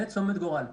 זה צומת גורל.